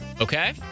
okay